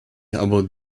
about